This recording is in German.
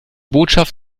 botschaft